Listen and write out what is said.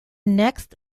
next